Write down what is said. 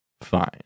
fine